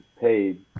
paid